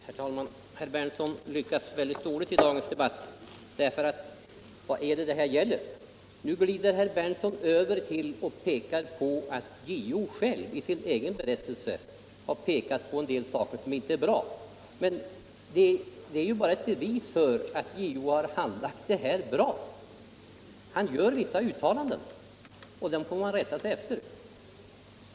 Herr talman! Herr Berndtson lyckas väldigt dåligt i dagens debatt, för vad giller saken? Nu glider herr Berndtson över till att peka på att JÖ själv i sin egen berättelse har framhållit vissa saker som inte är bra, men detta är ju bara ett bevis på att JO har handlagt saken tullfredsställande. Han gör vissa uttalanden, och dem får man rätta sig efter.